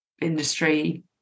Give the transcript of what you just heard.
industry